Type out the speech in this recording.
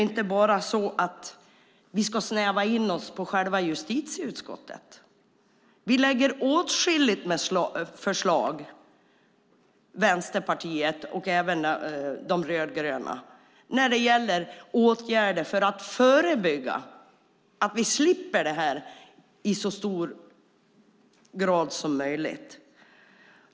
Då ska vi inte bara snäva in oss på själva justitieutskottet. Vänsterpartiet och övriga rödgröna partier lägger fram åtskilliga förslag när det gäller åtgärder för att förebygga brottslighet, så att vi slipper detta i så hög grad som möjligt.